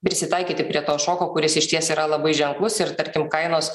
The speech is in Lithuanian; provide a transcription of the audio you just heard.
prisitaikyti prie to šoko kuris išties yra labai ženklus ir tarkim kainos